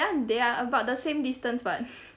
ya they are about the same distance [what]